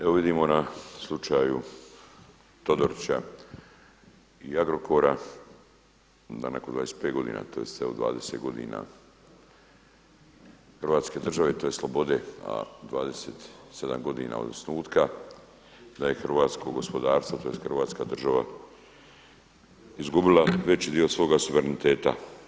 Evo vidimo na slučaju Todorića i Agrokora da neko 25 godina tj. evo 20 godina Hrvatske države tj. slobode, a 27 godina od osnutka da je hrvatsko gospodarstvo tj. Hrvatska država izgubila veći dio svoga suvereniteta.